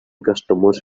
customers